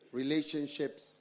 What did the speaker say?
relationships